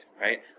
right